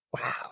Wow